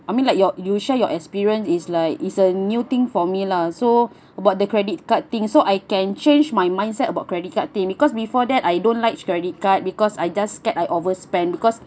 I mean like your you share your experience is like is a new thing for me lah so about the credit card thing so I can change my mindset about credit card thing because before that I don't like credit card because I just scared I overspend because